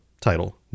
title